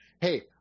hey